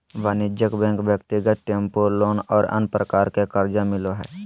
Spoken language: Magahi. वाणिज्यिक बैंक ब्यक्तिगत टेम्पू लोन और अन्य प्रकार के कर्जा मिलो हइ